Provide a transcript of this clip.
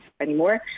anymore